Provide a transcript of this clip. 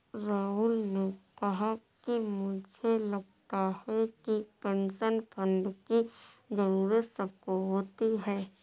राहुल ने कहा कि मुझे लगता है कि पेंशन फण्ड की जरूरत सबको होती है